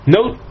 Note